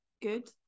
good